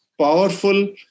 powerful